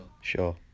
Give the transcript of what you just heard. Sure